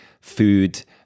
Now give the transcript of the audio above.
food